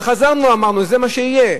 וחזרנו ואמרנו שזה מה שיהיה,